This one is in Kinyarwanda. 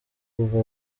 kuva